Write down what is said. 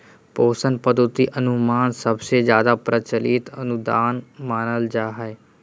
पोषण पद्धति अनुमान सबसे जादे प्रचलित अनुदान मानल जा हय